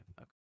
Okay